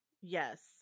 yes